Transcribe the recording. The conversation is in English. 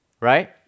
Right